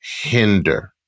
hinder